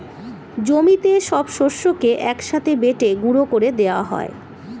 জমিতে সব শস্যকে এক সাথে বেটে গুঁড়ো করে দেওয়া হয়